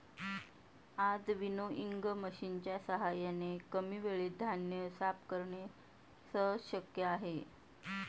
आज विनोइंग मशिनच्या साहाय्याने कमी वेळेत धान्य साफ करणे सहज शक्य आहे